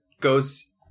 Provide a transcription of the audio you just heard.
goes